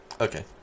Okay